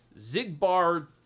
Zigbar